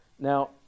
Now